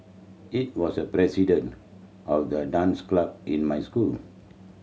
it was the president of the dance club in my school